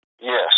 Yes